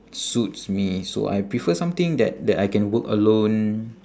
suits me so I prefer something that that I can work alone